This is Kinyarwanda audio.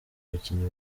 abakinnyi